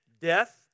death